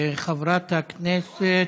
חברת הכנסת,